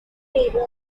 pagan